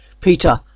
Peter